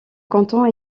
canton